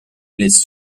les